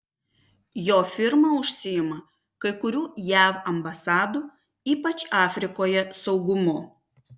jo firma užsiima kai kurių jav ambasadų ypač afrikoje saugumu